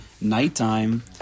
nighttime